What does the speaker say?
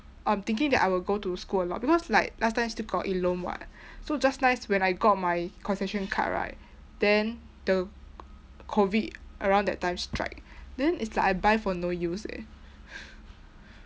um thinking that I will go to school a lot because like last time still got [what] so just nice when I got my concession card right then the COVID around that time strike then it's like I buy for no use eh